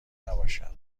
نباشد